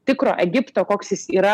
tikro egipto koks jis yra